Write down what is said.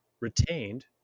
retained